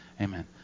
Amen